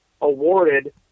awarded –